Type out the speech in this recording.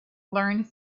learned